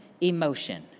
emotion